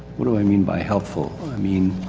what do i mean by helpful? i mean